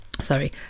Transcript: Sorry